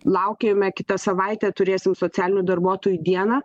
laukiame kitą savaitę turėsim socialinių darbuotojų dieną